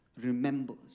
remembers